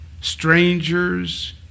strangers